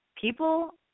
People